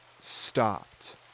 stopped